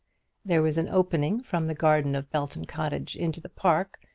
there was an opening from the garden of belton cottage into the park,